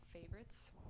favorites